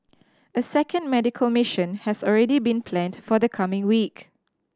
a second medical mission has already been planned for the coming week